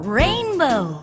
rainbow